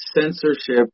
censorship